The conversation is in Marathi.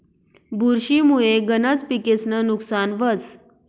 बुरशी मुये गनज पिकेस्नं नुकसान व्हस